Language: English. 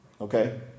Okay